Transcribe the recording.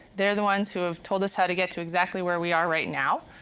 they're the ones who have told us how to get to exactly where we are right now.